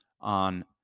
on